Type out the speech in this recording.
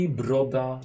broda